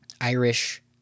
Irish